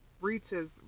reaches